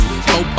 no